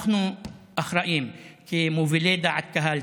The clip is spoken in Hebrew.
אנחנו אחראים כמובילי דעת קהל,